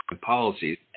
policies